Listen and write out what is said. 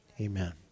Amen